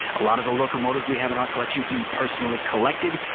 a lot of the locomotives we have in our collection he personally collected.